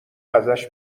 ازش